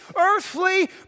earthly